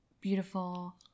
beautiful